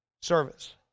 service